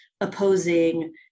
opposing